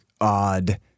odd